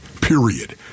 Period